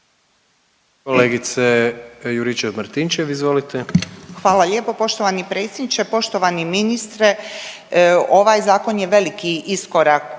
izvolite. **Juričev-Martinčev, Branka (HDZ)** Hvala lijepo poštovani predsjedniče. Poštovani ministre, ovaj zakon je veliki iskorak